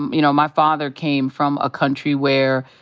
and you know, my father came from a country where,